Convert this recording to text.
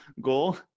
goal